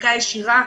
העסקה ישירה.